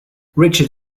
richard